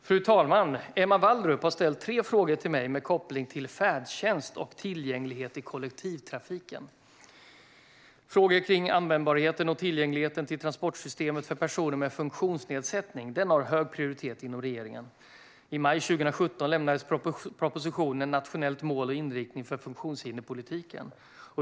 Fru talman! Emma Wallrup har ställt tre frågor till mig med koppling till färdtjänst och tillgänglighet i kollektivtrafiken. Frågor kring användbarheten och tillgängligheten till transportsystemet för personer med funktionsnedsättning har hög prioritet inom regeringen. I maj 2017 lämnades propositionen Nationellt mål och inriktning för funktionshinderspolitiken .